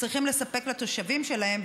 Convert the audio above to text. צריכים לספק לתושבים שלהם,